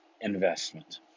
investment